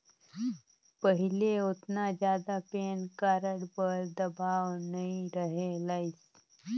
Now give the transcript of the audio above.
पहिले ओतना जादा पेन कारड बर दबाओ नइ रहें लाइस